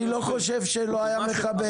את ה --- אני לא חושב שלא היה מכבד.